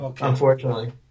unfortunately